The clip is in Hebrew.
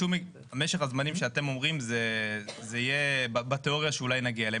משך הזמנים שאתם אומרים זה יהיה בתיאוריה שאולי נגיע אליהם.